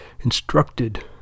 instructed